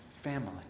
family